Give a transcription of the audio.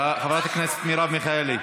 חברת הכנסת מרב מיכאלי,